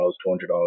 $200